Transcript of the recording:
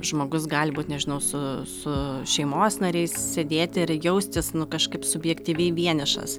žmogus gali būt nežinau su su šeimos nariais sėdėti ir jaustis nu kažkaip subjektyviai vienišas